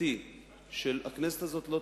חקיקתי שהכנסת הזאת תחוקק,